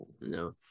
no